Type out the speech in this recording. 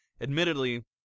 admittedly